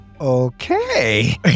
Okay